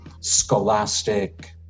scholastic